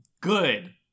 Good